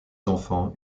enfants